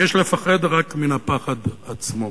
"יש לפחד רק מן הפחד עצמו".